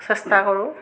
চেষ্টা কৰো